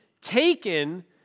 taken